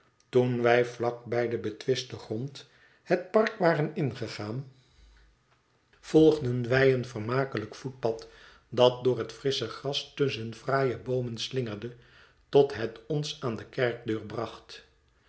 toen wij vlak bij den betwisten grond het park waren ingegaan volgden wij een vermakelijk voetpad dat door het frissche gras tusschen fraaie boomen slingerde tot het ons aan de kerkdeur bracht